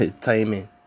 Timing